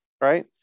Right